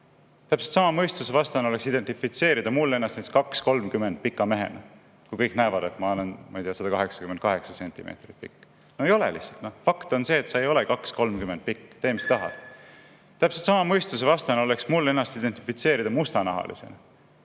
Täpselt sama mõistusvastane oleks mul identifitseerida ennast näiteks 2.30 pika mehena, kui kõik näevad, et ma olen, ma ei tea, 188 sentimeetrit pikk. No ei ole lihtsalt! Fakt on see, et sa ei ole 2.30 pikk – tee, mis tahad! Täpselt sama mõistusevastane oleks mul ennast identifitseerida mustanahalisena.